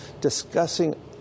discussing